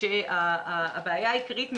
שהבעיה העיקרית,